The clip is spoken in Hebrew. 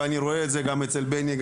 ואני רואה את זה גם אצל בני,